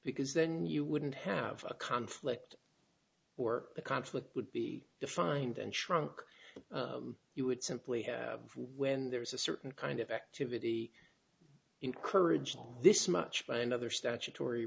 because then you wouldn't have a conflict or the conflict would be defined and shrunk it would simply have when there is a certain kind of activity encouraged this much by another statutory